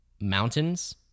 mountains